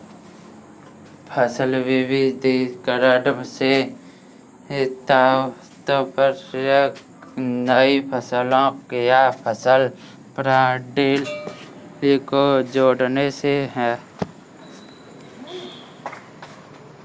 फसल विविधीकरण से तात्पर्य नई फसलों या फसल प्रणाली को जोड़ने से है